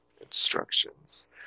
instructions